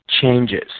Changes